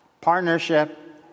partnership